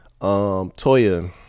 Toya